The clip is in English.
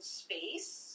space